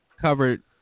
Covered